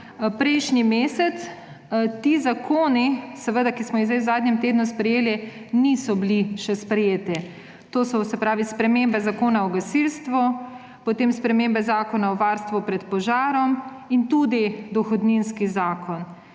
prejšnji mesec, ti zakoni, ki smo jih v zadnjem tednu sprejeli, še niso bili sprejeti. To so spremembe Zakona o gasilstvu, spremembe Zakona o varstvu pred požarom in tudi dohodninski zakon.